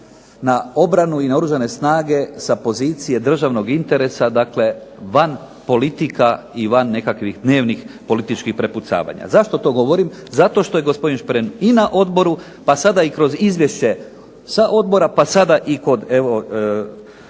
na obranu i na oružane snage sa pozicije državnog interesa, dakle van politika i van nekakvih dnevnih političkih prepucavanja. Zašto to govorim? Zato što je gospodin Šprem i na odboru pa sada i kroz izvješće sa odbora, pa sada i kod evo